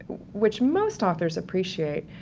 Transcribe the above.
which most authors appreciate,